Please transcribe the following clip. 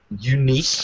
unique